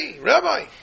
Rabbi